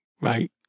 right